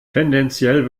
tendenziell